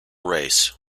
race